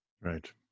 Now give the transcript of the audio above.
right